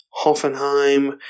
Hoffenheim